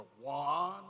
one